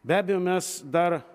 be abejo mes dar